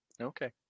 Okay